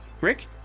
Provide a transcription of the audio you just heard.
Rick